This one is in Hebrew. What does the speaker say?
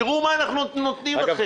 אגב,